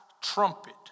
trumpet